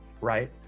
right